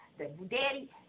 Daddy